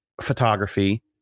photography